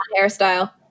hairstyle